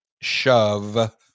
shove